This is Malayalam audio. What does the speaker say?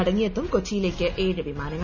മടങ്ങിയെത്തും കൊച്ചിയിലേക്ക് ഏഴ് വിമാനങ്ങൾ